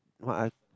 what I